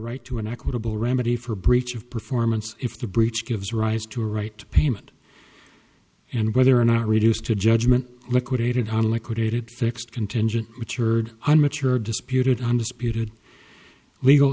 right to an equitable remedy for breach of performance if the breach gives rise to a right to payment and whether or not reduced to a judgment liquidated on a liquidated fixed contingent richard on mature disputed undisputed legal